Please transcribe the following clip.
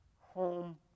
home